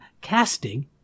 Casting